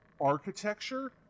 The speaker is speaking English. architecture